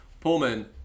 Pullman